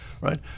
right